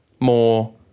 more